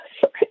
Sorry